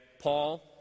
Paul